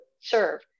serve